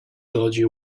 dodgy